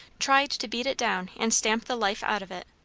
tried to beat it down and stamp the life out of it.